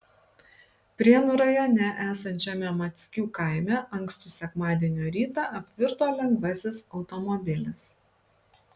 prienų rajone esančiame mackių kaime ankstų sekmadienio rytą apvirto lengvasis automobilis